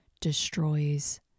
destroys